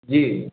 जी